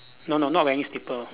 no no not wearing slipper